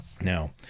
Now